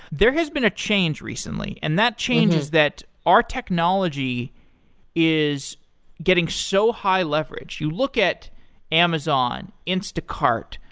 there has been a change recently, and that change is that our technology is getting so high leveraged. you look at amazon, instacart,